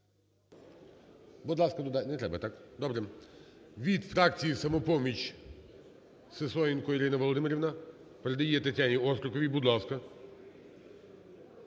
Будь ласка, додайте. Не треба, так? Добре. Від фракції "Самопоміч" Сисоєнко Ірина Володимирівна. Передає Тетяні Остріковій. Будь ласка.